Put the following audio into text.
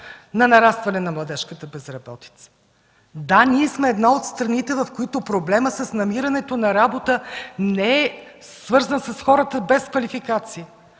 на нарастване на младежката безработица. Да, ние сме една от страните, в които проблемът с намирането на работа не е свързан с хората без квалификация.